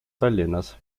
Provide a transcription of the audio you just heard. tallinnas